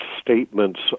statements